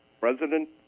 President